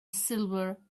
silver